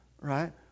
right